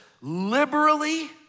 liberally